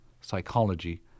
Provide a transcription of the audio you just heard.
psychology